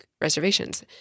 reservations